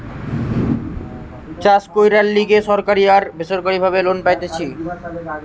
চাষ কইরার লিগে সরকারি আর বেসরকারি ভাবে লোন পাইতেছি